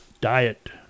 diet